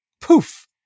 Poof